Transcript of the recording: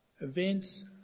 events